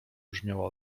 brzmiała